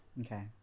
Okay